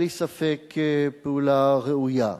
בלי ספק, פעולה ראויה.